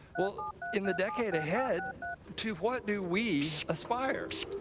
well, in the decade ahead, to what do we aspire?